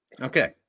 okay